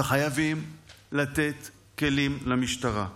וחייבים לתת כלים למשטרה.